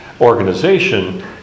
organization